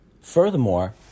Furthermore